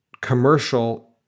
commercial